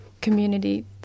community